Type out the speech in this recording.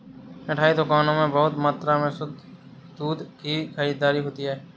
मिठाई दुकानों में बहुत मात्रा में शुद्ध दूध की खरीददारी होती है